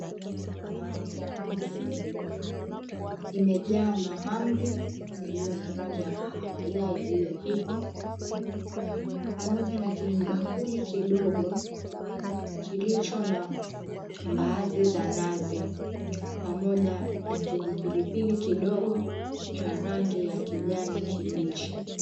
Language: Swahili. Sahani ya rangi nyeupe. Imejaa mahamri yaliyo na rangi ya kahawia yaliyopikwa. Pamoja na kijibakuli kidogo kilicho na mbaazi za nazi pamoja na kijipilipili kidogo cha rangi ya kijani kibichi.